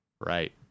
Right